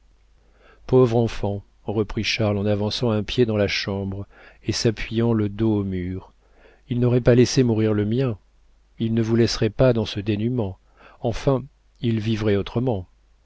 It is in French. pauvre enfant reprit charles en avançant un pied dans la chambre et s'appuyant le dos au mur il n'aurait pas laissé mourir le mien il ne vous laisserait pas dans ce dénûment enfin il vivrait autrement